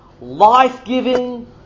life-giving